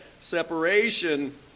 separation